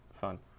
Fun